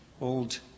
old